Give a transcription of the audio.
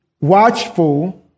watchful